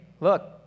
look